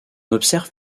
observe